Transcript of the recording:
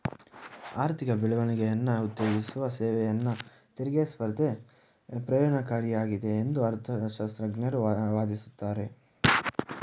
ಆರ್ಥಿಕ ಬೆಳವಣಿಗೆಯನ್ನ ಉತ್ತೇಜಿಸುವ ಸೇವೆಯನ್ನ ತೆರಿಗೆ ಸ್ಪರ್ಧೆ ಪ್ರಯೋಜ್ನಕಾರಿಯಾಗಿದೆ ಎಂದು ಅರ್ಥಶಾಸ್ತ್ರಜ್ಞರು ವಾದಿಸುತ್ತಾರೆ